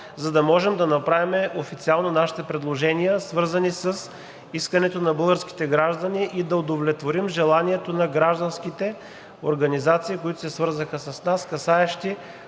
за да можем да направим официално нашите предложения, свързани с искането на българските граждани, и да удовлетворим желанието на гражданските организации, които се свързаха с нас, касаещи